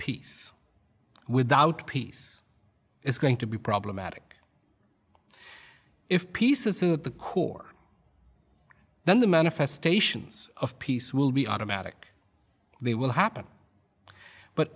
peace without peace is going to be problematic if peace is at the core then the manifestations of peace will be automatic they will happen but